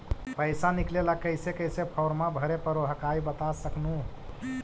पैसा निकले ला कैसे कैसे फॉर्मा भरे परो हकाई बता सकनुह?